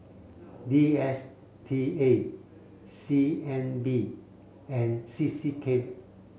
D S T A C N B and C C K